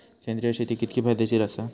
सेंद्रिय शेती कितकी फायदेशीर आसा?